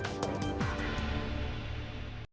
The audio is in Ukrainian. Дякую.